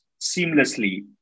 seamlessly